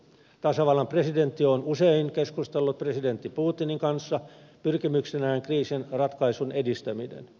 tasavallan presidentti on usein keskustellut presidentti putinin kanssa pyrkimyksenään kriisin ratkaisun edistäminen